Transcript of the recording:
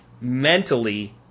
mentally